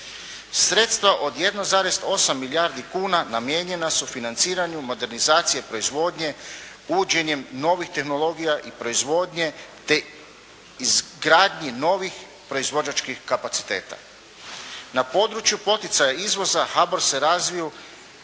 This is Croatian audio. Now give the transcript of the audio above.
Sredstva od 1,8 milijardi kuna namijenjena su financiranju modernizacije proizvodnje uvođenjem novih tehnologije i proizvodnje te izgradnju novih proizvođačkih kapaciteta. Na području poticaja izvoza HBOR je razvio